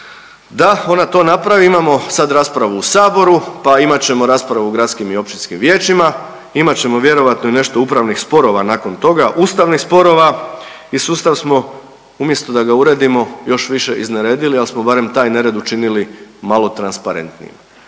da ona to napravi, imamo sad raspravu u saboru, pa imat ćemo raspravu u gradskim i općinskim vijećima, imat ćemo vjerojatno i nešto upravnih sporova nakon toga, ustavnih sporova i sustav smo umjesto da ga uredimo još više izneredili ali smo barem taj nered učinili malo transparentnijim.